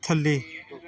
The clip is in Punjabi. ਥੱਲੇ